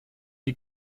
die